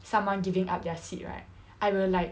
someone giving up their seat right I will like